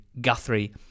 Guthrie